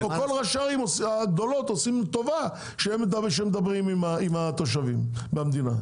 כל ראשי הערים הגדולות עושים כאילו טובה שהם מדברים עם התושבים במדינה.